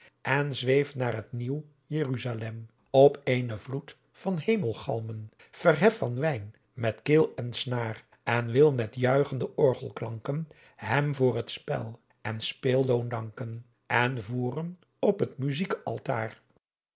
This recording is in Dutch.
zweef naar t nieuw jeruzalem op eenen vloed van hemelgalmen verhef van wyn met keel en snaar en wil met juychende orgelklanken hem voor het spel en speelloon danken en voeren op t muzijk altaar